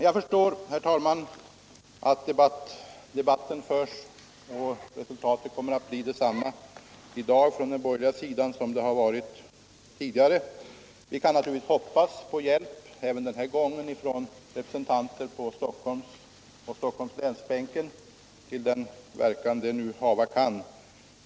Jag förstår, herr talman, att debatten på den borgerliga sidan förs som den tidigare förts och att resultatet kommer att bli detsamma i dag som förut. Vi kan naturligtvis hoppas på hjälp även denna gång från ledamöter på Stockholmsbänken och Stockholmslänsbänken, till den verkan det nu hava kan.